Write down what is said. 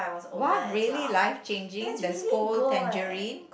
what really life changing that scold tangerine